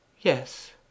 Yes